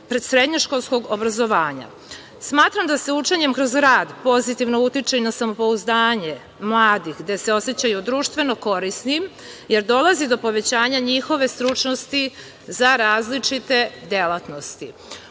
predsrednjoškolskog obrazovanja. Smatram da se učenjem kroz rad, pozitivno utiče i na samopouzdanje mladih, gde se osećaju društveno korisnim, jer dolazi do povećanja njihove stručnosti za različite delatnosti. Ovim